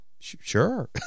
sure